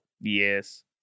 Yes